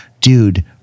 dude